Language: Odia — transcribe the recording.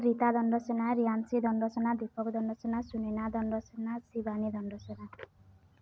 ରିତା ଦଣ୍ଡସେନା ରିଆନ୍ସି ଦଣ୍ଡସେନା ଦୀପକ ଦଣ୍ଡସେନା ସୁନୀନା ଦଣ୍ଡସେନା ଶିବାନୀ ଦଣ୍ଡସେନା